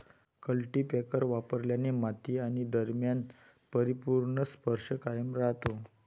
cultipacker वापरल्याने माती आणि दरम्यान परिपूर्ण स्पर्श कायम राहतो